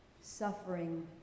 suffering